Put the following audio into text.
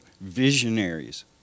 visionaries